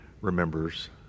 remembers